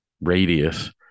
radius